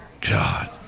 God